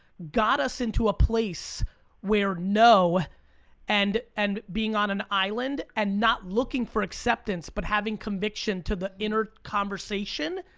got us into a place where no and and being on an island, and not looking for acceptance, but having conviction to the inner conversation,